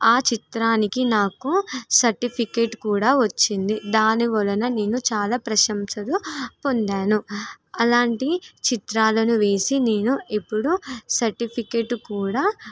ఆ చిత్రానికి నాకు సర్టిఫికెట్ కూడా వచ్చింది దాని వలన నేను చాలా ప్రశంసలు పొందాను అలాంటి చిత్రాలను వేసి నేను ఎప్పుడు సర్టిఫికెట్ కూడా